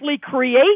create